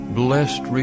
blessed